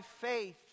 faith